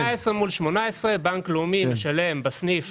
18 מול 18. הבנק הלאומי משלם בסניף